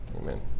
Amen